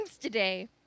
today